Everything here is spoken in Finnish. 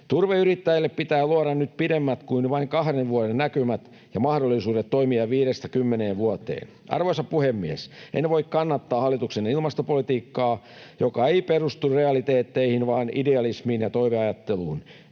Turveyrittäjille pitää luoda nyt pidemmät kuin vain kahden vuoden näkymät ja mahdollisuudet toimia viidestä kymmeneen vuotta. Arvoisa puhemies! En voi kannattaa hallituksen ilmastopolitiikkaa, joka ei perustu realiteetteihin vaan idealismiin ja toiveajatteluun.